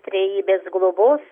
trejybės globos